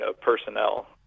personnel